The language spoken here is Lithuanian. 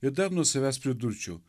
ir dar nuo savęs pridurčiau